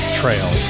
trail